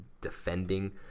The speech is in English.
defending